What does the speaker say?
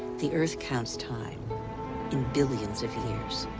the earth counts time in billions of years.